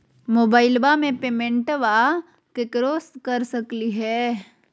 मोबाइलबा से पेमेंटबा केकरो कर सकलिए है?